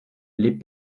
les